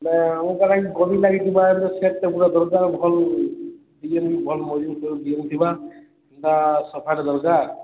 ଆମର ଗଦି ଲାଗିଥିବା ଭଲ୍ ଡିଜାଇନ୍ ବି ଭଲ ମଜଭୁତ ହେଉଥିବା ଏନ୍ତା ସୋଫାଟେ ଦରକାର